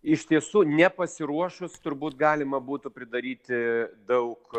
iš tiesų nepasiruošus turbūt galima būtų pridaryti daug